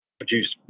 produce